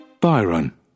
byron